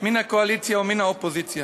מן הקואליציה ומן האופוזיציה,